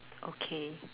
okay